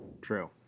True